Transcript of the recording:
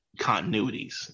continuities